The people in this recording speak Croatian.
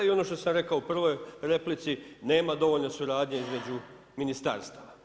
I ono što sam rekao u prvoj replici, nema dovoljno suradnje između ministarstava.